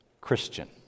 Christian